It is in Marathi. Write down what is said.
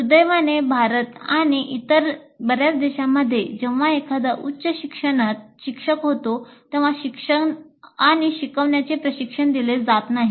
दुर्दैवाने भारत आणि इतर बर्याच देशांमध्ये जेव्हा एखादा उच्च शिक्षणात शिक्षक होतो तेव्हा शिक्षण आणि शिकवण्याचे प्रशिक्षण दिले जात नाही